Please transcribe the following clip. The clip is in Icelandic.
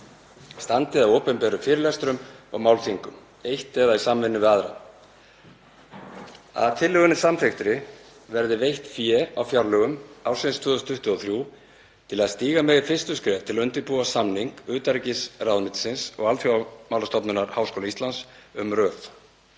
standi að opinberum fyrirlestrum og málþingum, eitt eða í samvinnu við aðra. Að tillögunni samþykktri verði veitt fé á fjárlögum ársins 2023 til að stíga megi fyrstu skref til að undirbúa samning utanríkisráðuneytisins og Alþjóðamálastofnunar HÍ um RÖV.